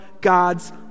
God's